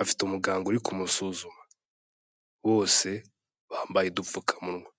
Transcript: afite umuganga uri kumusuzuma bose bambaye udupfukamunwa.